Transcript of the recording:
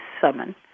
summon